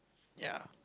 ya